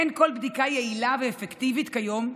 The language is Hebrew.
אין כל בדיקה יעילה ואפקטיבית כיום,